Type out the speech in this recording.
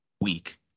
Week